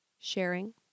sharing